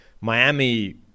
Miami